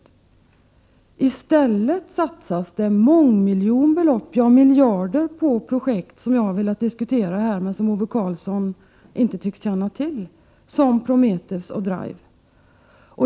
I stället satsas det mångmiljonbelopp - ja, miljarder — på projekt som jag här velat diskutera men som Ove Karlsson inte tycks känna till, t.ex. Prometheus och DRIVE.